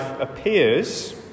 appears